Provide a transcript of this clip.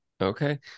Okay